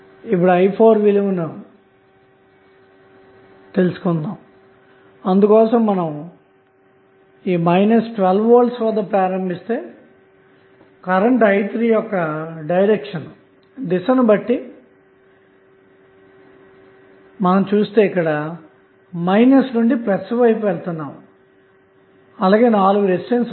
ఇప్పుడు i4 విలువ ను తెలుసుకొందాము అందుకోసం 12 V వద్ద ప్రారంబిస్తే కరెంటు i3యొక్క దిశ ను బట్టి చుస్తే మీరు మైనస్ నుండు ప్లస్ వైపు వెళుతున్నారు అలాగే నాలుగు రెసిస్టెన్స్ లు ఉన్నాయి